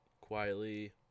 quietly